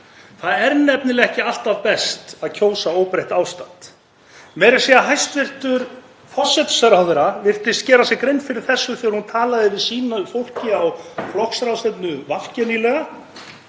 Það er nefnilega ekki alltaf best að kjósa óbreytt ástand. Meira að segja hæstv. forsætisráðherra virtist gera sér grein fyrir þessu þegar hún talaði við fólk sitt á flokksráðstefnu VG nýlega